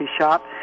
shop